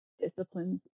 disciplines